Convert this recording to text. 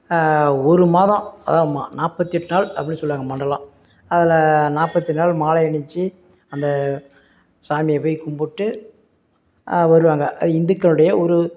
ஒரு மாதம் அதான் நாற்பத்தி எட்டு நாள் அப்படினு சொல்லுவாங்க மண்டலம் அதில் நாற்பத்தெட்டு நாள் மாலை அணிந்து அந்த சாமியை போய் கும்பிட்டு வருவாங்க இந்துக்களுடைய ஒரு